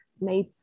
made